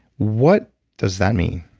what does that mean?